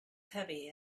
heavy